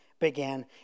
began